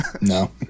No